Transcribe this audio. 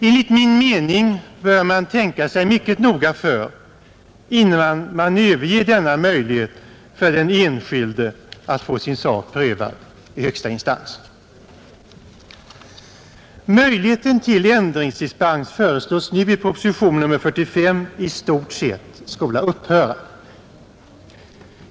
Enligt min mening bör man tänka sig mycket noga för, innan man överger denna möjlighet för den enskilde att få sin sak prövad i högsta instans. Möjligheten till ändringsdispens föreslås nu i propositionen nr 45 i stort sett skola upphöra.